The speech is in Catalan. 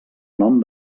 nom